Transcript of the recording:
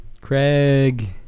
Craig